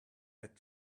had